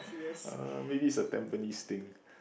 uh maybe it's a Tampines thing